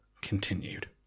continued